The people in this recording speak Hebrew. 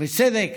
וצדק